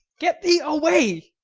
get thee away.